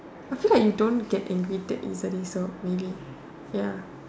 I feel like you don't get angry that easily so angry ya